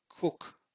cook